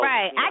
Right